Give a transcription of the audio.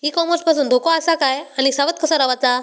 E commerce पासून धोको आसा काय आणि सावध कसा रवाचा?